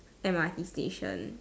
M_R_T station